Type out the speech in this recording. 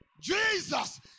Jesus